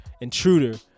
Intruder